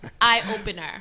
eye-opener